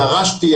דרשתי,